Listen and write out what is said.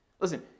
Listen